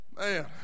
Man